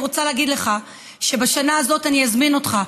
אני רוצה להגיד לך שבשנה הזאת אני אזמין אותך